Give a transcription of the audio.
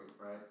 right